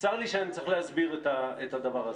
-- צר לי שאני צריך להסביר את הדבר הזה.